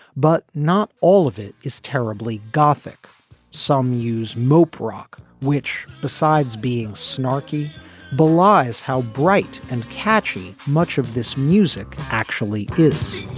but not all of it is terribly gothic some use mope rock which besides being snarky belies how bright and catchy much of this music actually is